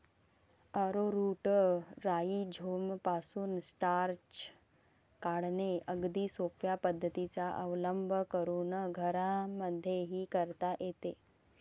arrowroot राईझोमपासून starch काढणे अगदी सोप्या पद्धतीचा अवलंब करून घरांमध्येही करता येते